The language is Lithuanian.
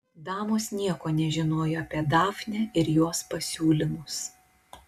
damos nieko nežinojo apie dafnę ir jos pasiūlymus